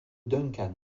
duncan